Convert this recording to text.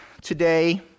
today